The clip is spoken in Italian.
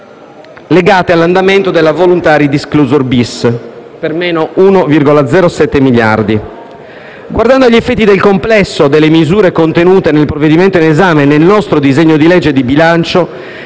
legate all'andamento della *voluntary disclosure bis* per meno 1,07 miliardi. Guardando agli effetti del complesso delle misure contenute nel provvedimento in esame e nel nostro disegno di legge di bilancio,